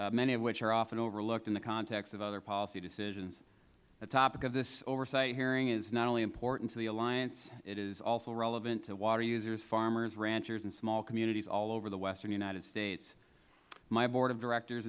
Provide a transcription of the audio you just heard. reasons many of which are often overlooked in the context of other policy decisions the topic of this oversight hearing is not only important to the alliance it is also relevant to water users farmers ranchers and small communities all over the western united states my board of directors